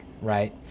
right